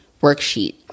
worksheet